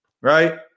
right